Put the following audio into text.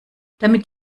damit